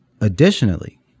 Additionally